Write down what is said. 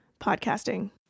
podcasting